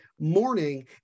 morning